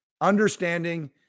understanding